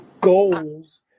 goals